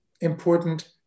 important